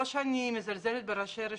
לא שאני מזלזלת בראשי רשויות,